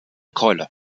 keule